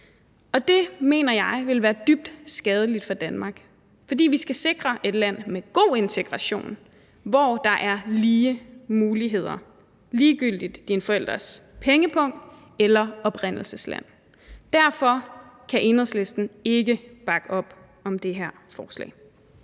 Og det mener jeg ville være dybt skadeligt for Danmark, for vi skal sikre et land med god integration, hvor der er lige muligheder, uanset dine forældres pengepung og oprindelsesland. Derfor kan Enhedslisten ikke bakke op om det her forslag.